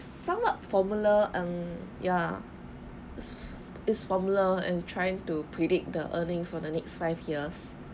somewhat formula ng ya is formula and trying to predict the earnings for the next five years